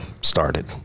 started